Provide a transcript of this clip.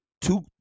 two